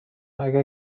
اگر